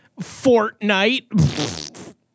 Fortnite